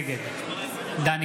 נגד דן